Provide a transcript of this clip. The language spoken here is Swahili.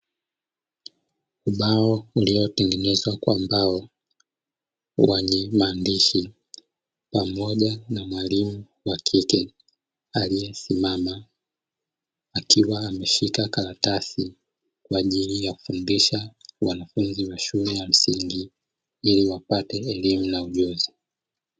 Ubao uliotengenezwa kwa mbao wenye maandishi pamoja na mwalimu wa kike aliesimama akiwa ameshika karatasi, kwa ajili ya kufundisha wanafunzi wa shule ya msingi, ili wapate elimu na ujuzi.